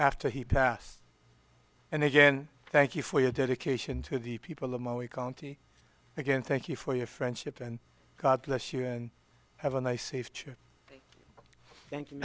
after he passed and again thank you for your dedication to the people of my we county again thank you for your friendship and god bless you and have a nice safe cheer thank